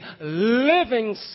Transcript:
living